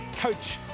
Coach